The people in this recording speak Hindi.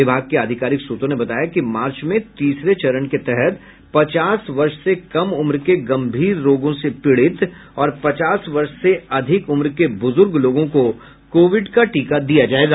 विभाग के आधिकारिक सूत्रों ने बताया कि मार्च में तीसरे चरण के तहत पचास वर्ष से कम उम्र के गम्भीर रोगों से पीड़ित और पचास वर्ष से अधिक उम्र के बुजुर्ग लोगों को कोविड का टीका दिया जायेगा